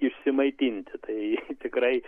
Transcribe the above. išsimaitinti tai tikrai